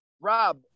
Rob